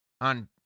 on